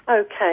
Okay